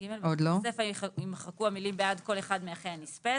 בסיפא יימחקו המילים "בעד כל אחד מאחי הנספה".